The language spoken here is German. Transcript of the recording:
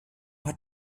hat